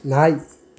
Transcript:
நாய்